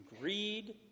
greed